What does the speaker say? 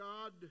God